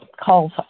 calls